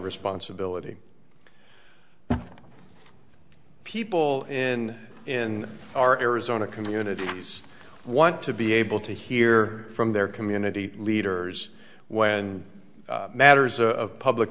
responsibility people in in our arizona communities want to be able to hear from their community leaders when matters of public